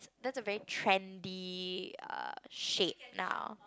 that's a very trendy uh shape now